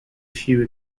few